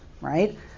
right